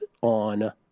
on